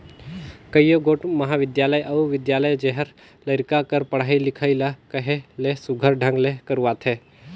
कइयो गोट महाबिद्यालय अउ बिद्यालय जेहर लरिका कर पढ़ई लिखई ल कहे ले सुग्घर ढंग ले करवाथे